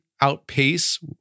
outpace